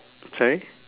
sorry